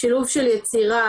שילוב של יצירה,